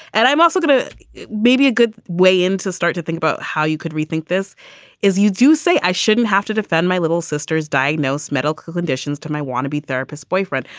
and i'm also going to maybe a good way into start to think about how you could rethink this is you do say i shouldn't have to defend my little sister's diagnose medical conditions to my wannabe therapist boyfriend.